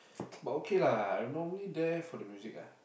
but okay lah I'm normally there for the music ah